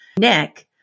Nick